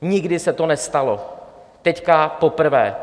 Nikdy se to nestalo, teď poprvé.